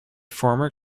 former